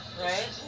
right